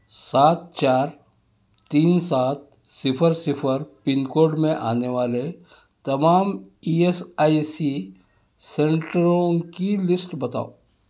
سات چار تین سات صفر صفر پن کوڈ میں آنے والے تمام ای ایس آئی سی سینٹروں کی لسٹ بتاؤ